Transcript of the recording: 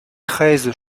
treize